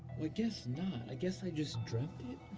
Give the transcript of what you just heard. i guess not. i guess i just dreamt it.